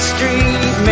Street